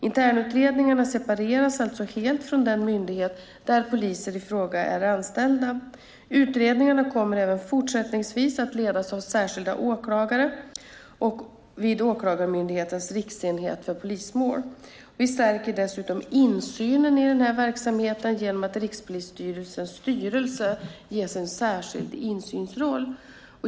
Internutredningarna separeras alltså helt från den myndighet där poliserna i fråga är anställda. Utredningarna kommer även fortsättningsvis att ledas av särskilda åklagare vid Åklagarmyndighetens riksenhet för polismål. Vi stärker dessutom insynen i den här verksamheten genom att Rikspolisstyrelsens styrelse ges en särskild insynsroll.